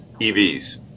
EVs